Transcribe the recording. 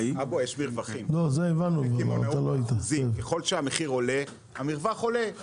ככל שהמחיר עולה, המרווח עולה.